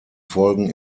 folgen